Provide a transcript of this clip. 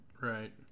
Right